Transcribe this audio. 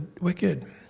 wicked